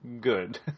good